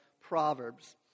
Proverbs